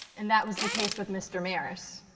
and that was the case with mr. maris.